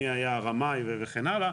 מי היה הרמאי וכן הלאה.